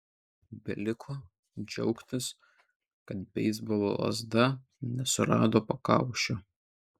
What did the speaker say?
beliko džiaugtis kad beisbolo lazda nesurado pakaušio